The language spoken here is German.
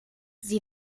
sie